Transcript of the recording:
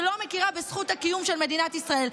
שלא מכירה בזכות הקיום של מדינת ישראל,